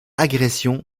agression